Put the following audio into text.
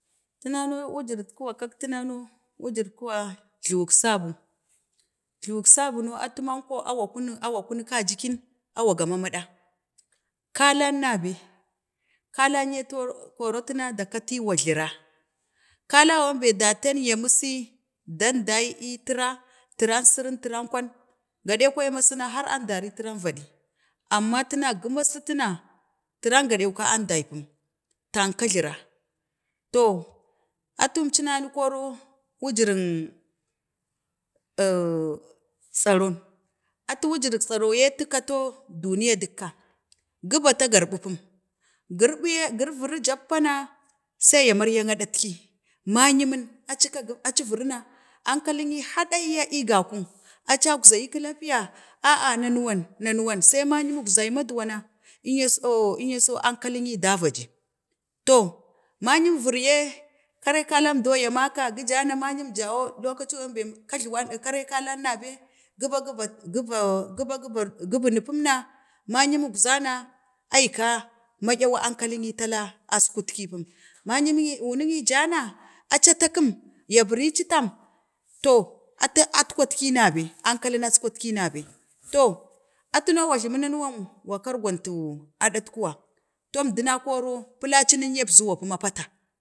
Tuna no wajirri kuwa kak tuna no, wajurit kuwa jlawik sabu, jluwuk sebu no atumanko wa konu awa kuna kaji kin, awa ga mama ɗa, kakan na bee, kalan ye koro tina dakatiwa glura, kalawan bee dateen ya misi dendai ee tira, tiran sirin, tiran kwan, gaɗe kuma mesin nin har an dari ee tiran vaɗi, amma tina gu ma si tina tiran gaɗe, ka andai pum, tamka glara, to atum cunani koro wujireng ohh. tsaron, atu wujirik, tsaron yee, atu ka to duniya dukka, gu bato gaɓi pum, gurbi ye giviri, jappana, sai ma meiyak adatki mayimin aci kaga aci viri na ankalini haɗi ya, gaku, acakzayi kəkpiya, nanu. Wan, na nuwan, sai mayum, əkzai maduwa na inya s. inyaso ankali nyi da vadi, to mayin viriyee, kari kalam do ya maka, ya maka gi ja na mayum jawo lokacin bembe kapuwan, kari kalan na bee gibo, gibor ge bunu pum na, mayumak za na, aika maɗyawu ankalini tala, əskun ki pum, magumi wuninyi ja na aca ta kəm ya biri ci tam to atu aa atkwatki na bee, alkalin atkwatki na bee, to, atu no gwajlami na na wan, wa kargontu aɗatkuwa, karing əmduna koro pulacin yee əbruwa pum, a pata